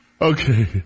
Okay